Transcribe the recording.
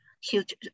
huge